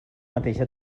mateixa